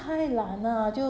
mm 就